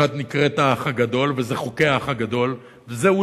אחת נקראת "האח הגדול" וזה חוקי ה"אח הגדול",